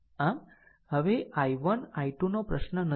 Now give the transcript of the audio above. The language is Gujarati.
આમ હવે i1 i2 નો પ્રશ્ન નથી